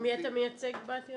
את מי אתה מייצג בעתירה?